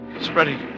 spreading